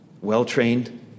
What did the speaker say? well-trained